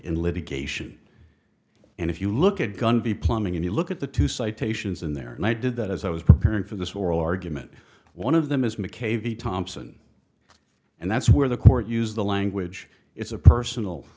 in litigation and if you look at gun v plumbing and you look at the two citations in there and i did that as i was preparing for this oral argument one of them is mackay v thompson and that's where the court used the language it's a personal